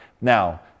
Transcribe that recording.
Now